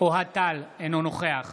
אוהד טל, אינו נוכח